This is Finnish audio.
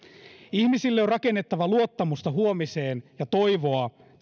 ihmisille on rakennettava luottamusta huomiseen ja toivoa